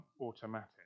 automatic